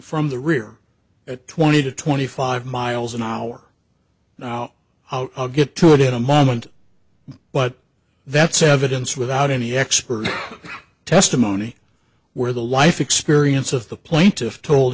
from the rear at twenty to twenty five miles an hour now i'll get to it in a moment but that's evidence without any expert testimony where the life experience of the plaintiff told